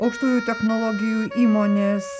aukštųjų technologijų įmonės